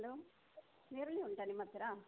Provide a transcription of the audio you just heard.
hello ನೀರುಳ್ಳಿ ಉಂಟಾ ನಿಮ್ಮ ಹತ್ರಾ